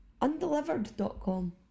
undelivered.com